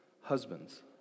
husbands